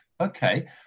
okay